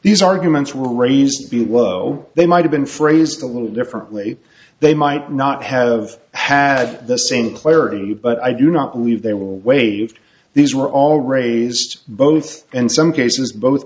these arguments were raised to be well they might have been phrased a little differently they might not have had the same clarity but i do not believe they were waived these were all raised both in some cases both